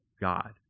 God